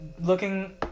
looking